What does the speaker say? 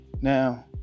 Now